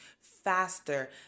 faster